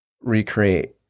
recreate